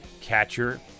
catcher